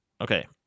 Okay